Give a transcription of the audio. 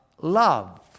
love